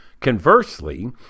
Conversely